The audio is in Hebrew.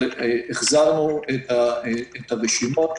אבל החזרנו את הרשימות,